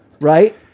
right